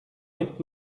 nimmt